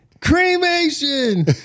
cremation